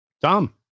Dumb